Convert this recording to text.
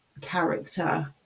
character